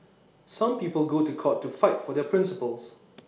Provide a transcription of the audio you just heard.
some people go to court to fight for their principles